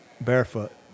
Barefoot